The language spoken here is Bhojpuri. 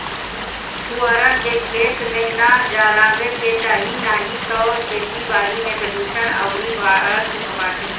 पुअरा के, खेत में ना जरावे के चाही नाही तअ खेती बारी में प्रदुषण अउरी बढ़त बाटे